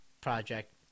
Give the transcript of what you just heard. project